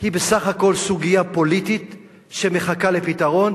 היא בסך הכול סוגיה פוליטית שמחכה לפתרון.